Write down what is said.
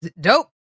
dope